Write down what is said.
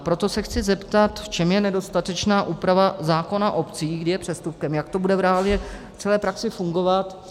Proto se chci zeptat, v čem je nedostatečná úprava zákona o obcích, kdy je přestupkem, jak to bude v reálu v celé praxi fungovat.